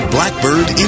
Blackbird